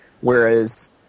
whereas